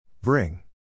Bring